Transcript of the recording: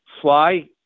fly